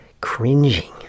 cringing